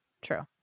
True